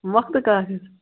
وقتہٕ کاک